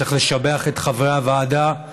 צריך לשבח את חברי הוועדה,